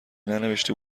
ننوشته